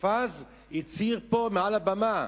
מופז הצהיר פה מעל הבמה,